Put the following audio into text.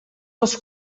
els